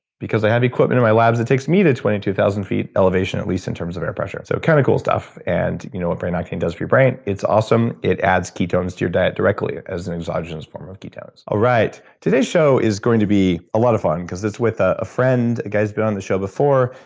because i have equipment in my labs that takes me to twenty two thousand feet elevation, at least in terms of air pressure. so kind of cool stuff, and you know what brain octane does for your brain. it's awesome. it adds ketones to your diet directly as an exogenous form of ketones alright today's show is going to be a lot of fun because it's with ah a friend a guy who has been on the show before,